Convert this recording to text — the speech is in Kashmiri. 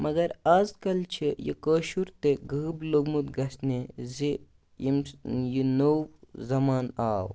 مگر اَز کَل چھِ یہِ کٲشُر تہِ غٲب لوٚگمُت گَژھنہِ زِ ییٚمِس یہِ نٔو زَمانہٕ آو